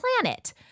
planet